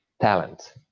talent